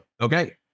Okay